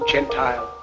Gentile